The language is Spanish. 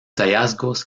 hallazgos